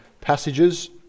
passages